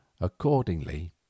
accordingly